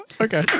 Okay